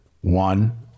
one